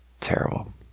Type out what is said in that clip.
terrible